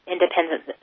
independent